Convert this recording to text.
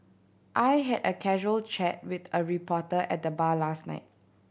I had a casual chat with a reporter at the bar last night